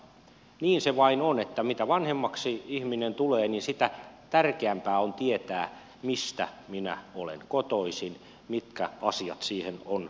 niin se vain on että mitä vanhemmaksi ihminen tulee niin sitä tärkeämpää on tietää mistä minä olen kotoisin mitkä asiat siihen on vaikuttanut